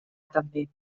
també